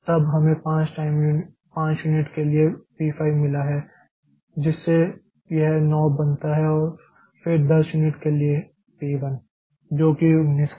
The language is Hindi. तब हमें 5 यूनिट के लिए P 5 मिला है जिससे यह 9 बनता है और फिर 10 यूनिट के लिए P 1 जो कि 19 है